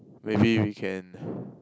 maybe we can